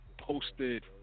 Posted